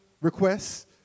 requests